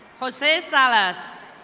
jose salez.